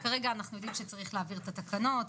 כרגע אנחנו יודעים שצריך להעביר את התקנות.